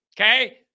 Okay